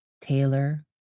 Taylor